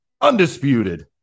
undisputed